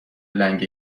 لنگ